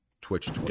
Twitch